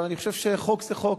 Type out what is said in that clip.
אבל אני חושב שחוק זה חוק,